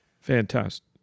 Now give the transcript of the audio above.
Fantastic